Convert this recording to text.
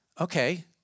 Okay